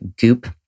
goop